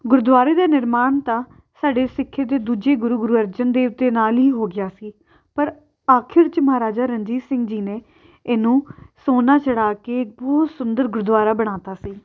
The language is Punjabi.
ਗੁਰਦੁਆਰੇ ਦਾ ਨਿਰਮਾਣ ਤਾਂ ਸਾਡੇ ਸਿੱਖਾਂ ਦੇ ਦੂਜੇ ਗੁਰੂ ਗੁਰੂ ਅਰਜਨ ਦੇਵ ਦੇ ਨਾਲ ਹੀ ਹੋ ਗਿਆ ਸੀ ਪਰ ਆਖਿਰ 'ਚ ਮਹਾਰਾਜਾ ਰਣਜੀਤ ਸਿੰਘ ਜੀ ਨੇ ਇਹਨੂੰ ਸੋਨਾ ਚੜ੍ਹਾ ਕੇ ਬਹੁਤ ਸੁੰਦਰ ਗੁਰਦੁਆਰਾ ਬਣਾ ਤਾ ਸੀ